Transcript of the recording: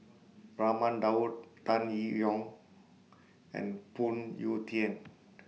Raman Daud Tan Yee Hong and Phoon Yew Tien